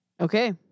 Okay